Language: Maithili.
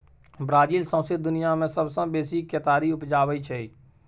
ब्राजील सौंसे दुनियाँ मे सबसँ बेसी केतारी उपजाबै छै